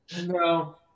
No